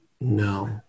No